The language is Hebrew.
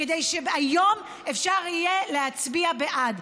כדי שהיום אפשר יהיה להצביע בעד.